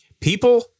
people